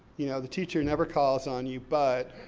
you know, the teacher never calls on you, but.